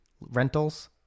rentals